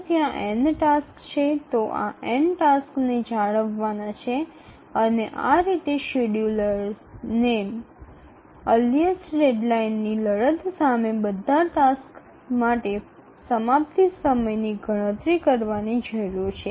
যদি n টাস্কগুলি থাকে তবে এই n টাস্কগুলি বজায় রাখতে হবে এবং সুতরাং শিডিয়ুলারকে সমস্ত কাজের জন্য সর্বাধিক সময়সীমার সাথে লড়াইয়ের জন্য সমাপ্তির সময় গণনা করা দরকার